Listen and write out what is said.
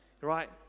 right